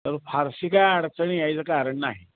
तर फारशी काय अडचण यायचं कारण नाही